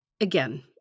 again